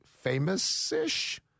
famous-ish